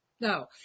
no